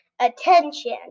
attention